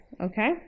okay